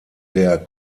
der